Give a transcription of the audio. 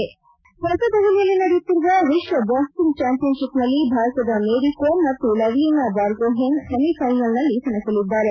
ಇಂದು ನವದಿಲ್ಲಿಯಲ್ಲಿ ನಡೆಯುತ್ತಿರುವ ವಿಶ್ವ ಬಾಕ್ಪಿಂಗ್ ಚಾಂಪಿಯನ್ಷಿಪ್ನಲ್ಲಿ ಭಾರತದ ಮೇರಿ ಕೋಮ್ ಮತ್ತು ಲವ್ನಿನಾ ಬೊರ್ಗೊಹೇನ್ ಸೆಮಿಫೈನಲ್ನಲ್ಲಿ ಸೆಣಸಲಿದ್ದಾರೆ